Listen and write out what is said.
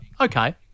okay